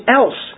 else